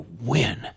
win